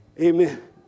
amen